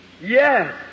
Yes